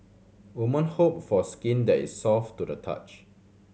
woman hope for skin that is soft to the touch